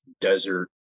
desert